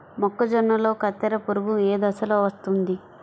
మొక్కజొన్నలో కత్తెర పురుగు ఏ దశలో వస్తుంది?